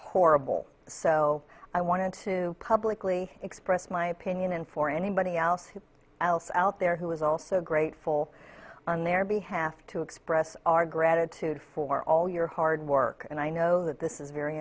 horrible so i wanted to publicly express my opinion and for anybody else who else out there who was also grateful on their behalf to express our gratitude for all your hard work and i know that this is very